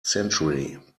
century